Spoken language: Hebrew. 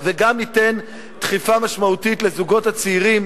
וגם ניתן דחיפה משמעותית לזוגות הצעירים